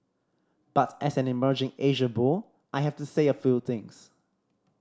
but as an emerging Asia bull I have to say a few things